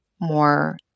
more